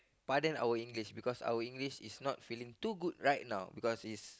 pardon our English because our English is not feeling too good right now because is